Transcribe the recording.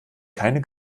keine